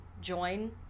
join